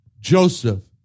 Joseph